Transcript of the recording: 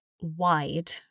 wide